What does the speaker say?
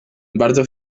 bardzo